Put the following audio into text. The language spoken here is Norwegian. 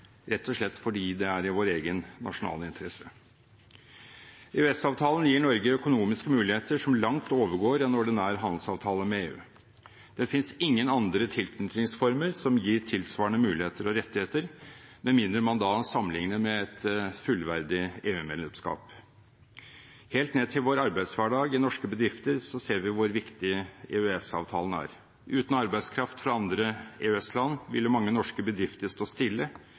rett og slett fordi det er i vår egen nasjonale interesse. EØS-avtalen gir Norge økonomiske muligheter som langt overgår en ordinær handelsavtale med EU. Det finnes ingen andre tilknytningsformer som gir tilsvarende muligheter og rettigheter, med mindre man da sammenligner med et fullverdig EU-medlemskap. Helt ned til vår arbeidshverdag i norske bedrifter ser vi hvor viktig EØS-avtalen er. Uten arbeidskraft fra andre EØS-land ville mange norske bedrifter stått stille